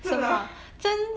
真的啊